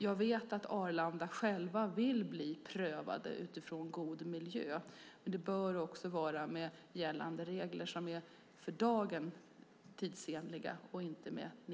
Jag vet att Arlanda självt vill bli prövad utifrån god miljö, och det bör också vara med gällande regler, som är tidsenliga för dagen.